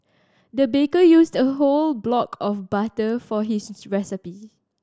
the baker used a whole block of butter for this recipe